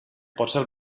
potser